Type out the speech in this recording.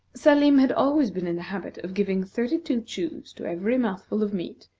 salim had always been in the habit of giving thirty-two chews to every mouthful of meat,